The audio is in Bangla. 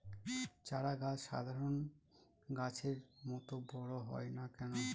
চারা গাছ সাধারণ গাছের মত বড় হয় না কেনো?